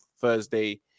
Thursday